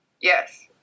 Yes